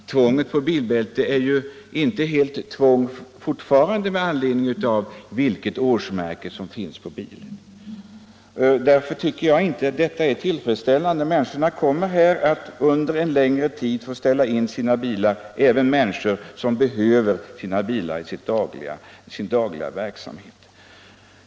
Tvånget att använda bilbälte är ju fortfarande inte totalt utan beroende av bilens årsmodell. Därför tycker jag inte att den situation som jag beskrivit är tillfredsställande. Människor kan få ställa in sina bilar under en längre tid, även personer som behöver sina bilar i sin dagliga verksamhet.